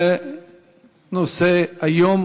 בנושא היום